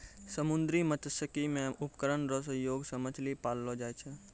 समुन्द्री मत्स्यिकी मे उपकरण रो सहयोग से मछली पाललो जाय छै